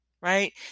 right